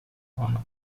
honor